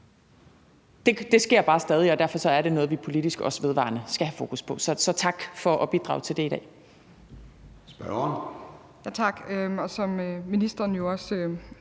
Det sker bare stadig, og derfor er det også noget, som vi politisk vedvarende skal have fokus på. Så tak for at bidrage til det i dag.